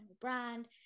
brand